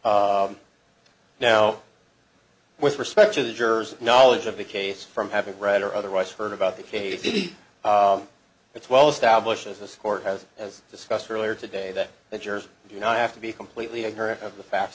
now with respect to the jurors knowledge of the case from having read or otherwise heard about the k g b it's well established as this court has as discussed earlier today that the jurors do not have to be completely ignorant of the fact